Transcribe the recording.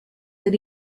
that